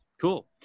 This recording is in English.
Cool